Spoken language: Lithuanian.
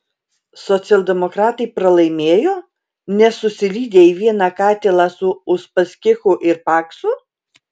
socialdemokratai pralaimėjo nes susilydė į vieną katilą su uspaskichu ir paksu